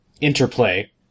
Interplay